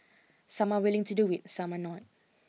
some are willing to do it some are not